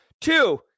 Two